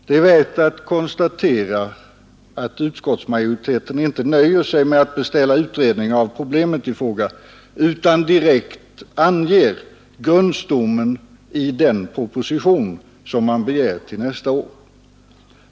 Det är värt att konstatera att utskottsmajoriteten inte nöjer sig med att beställa utredning av problemet i fråga utan direkt anger grundstommen i den proposition som man begär till nästa år.